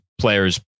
players